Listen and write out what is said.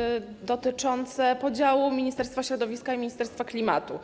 - dotyczące podziału Ministerstwa Środowiska i Ministerstwa Klimatu.